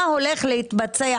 מה הולך להתבצע